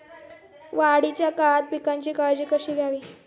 वाढीच्या काळात पिकांची काळजी कशी घ्यावी?